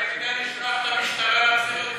אולי כדאי לשלוח את המשטרה שתחזיר אותו.